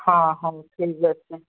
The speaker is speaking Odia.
ହଁ ହଉ ଠିକ୍ ଅଛି